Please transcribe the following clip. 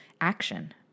action